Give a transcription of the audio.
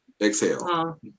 Exhale